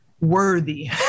worthy